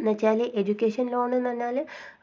എന്നുവെച്ചാൽ education loan എന്ന് പറഞ്ഞാൽ